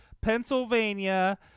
Pennsylvania